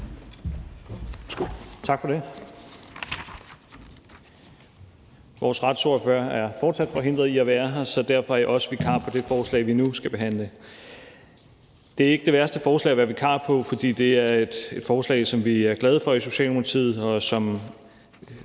Tak for det. Vores retsordfører er fortsat forhindret i at være her, så derfor er jeg også vikar på det forslag, vi nu skal behandle. Det er ikke det værste forslag at være vikar på, for det er et forslag, som vi er glade for i Socialdemokratiet. Og som